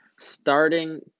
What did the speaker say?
starting